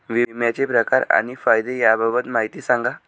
विम्याचे प्रकार आणि फायदे याबाबत माहिती सांगा